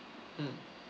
mm